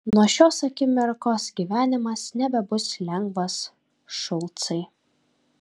nuo šios akimirkos gyvenimas nebebus lengvas šulcai